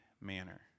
manner